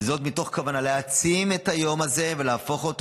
מתוך הכוונה להעצים את היום הזה ולהפוך אותו